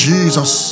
Jesus